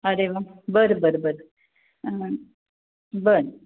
अरे वा बरं बरं बरं बरं